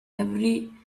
every